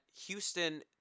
Houston